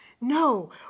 No